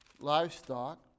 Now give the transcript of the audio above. livestock